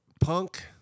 punk